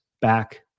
back